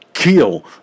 Kill